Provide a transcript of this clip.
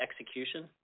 execution